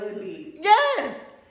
Yes